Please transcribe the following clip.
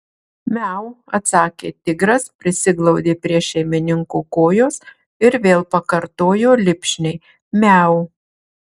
miau atsakė tigras prisiglaudė prie šeimininko kojos ir vėl pakartojo lipšniai miau